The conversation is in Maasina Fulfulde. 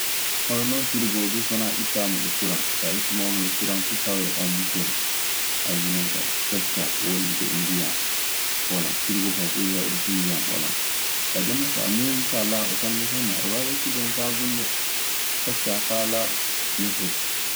Hono non firigoo duu, so wanaa ittaa mo e kuraŋ, saa ittimoomo e kuraŋ fuu tawreɗaa liccere. minen kaa, coccaa wondude e ndiyan ɓolan. Firigoo kaa ko ɓuri heewde fuu ndiyan ɓolan. Kaa jooni non, so a muuyii faa laaɓa sanne sanne aɗe waawi waɗtude hen saabunde coccaa faa laaɓa, nii foti.